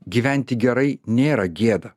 gyventi gerai nėra gėda